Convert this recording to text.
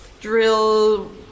drill